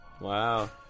Wow